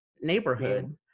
neighborhood